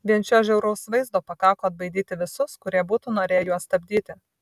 vien šio žiauraus vaizdo pakako atbaidyti visus kurie būtų norėję juos stabdyti